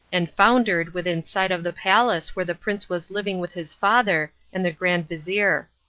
and foundered within sight of the palace where the prince was living with his father and the grand-vizir.